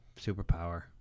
Superpower